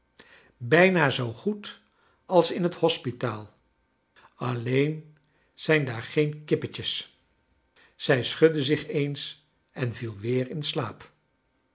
bijna zoo goed als in het hospitaal alleen zijn daar geen kippetjes zij schudde zich eens en viel weer in slaap